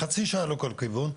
חצי שעה לכל כיוון.